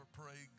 pray